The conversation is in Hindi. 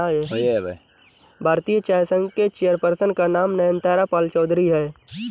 भारतीय चाय संघ के चेयर पर्सन का नाम नयनतारा पालचौधरी हैं